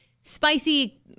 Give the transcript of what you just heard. spicy